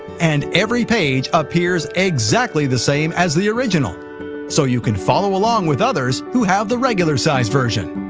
and every page appears exactly the same as the original so you can follow along with others who have the regular-sized version.